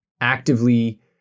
actively